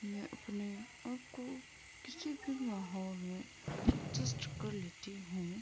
میں اپنے آپ کو کسی بھی ماحول میں ایڈجسٹ کر لیتی ہوں